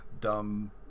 dumb